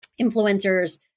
influencers